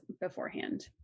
beforehand